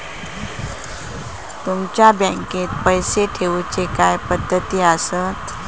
तुमच्या बँकेत पैसे ठेऊचे काय पद्धती आसत?